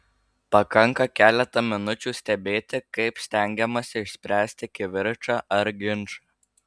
pakanka keletą minučių stebėti kaip stengiamasi išspręsti kivirčą ar ginčą